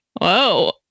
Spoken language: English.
Whoa